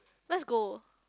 let's go